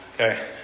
Okay